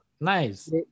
Nice